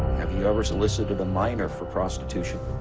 have you ever solicited a minor for prostitution?